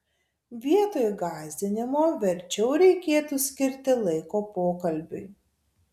vietoj gąsdinimo verčiau reikėtų skirti laiko pokalbiui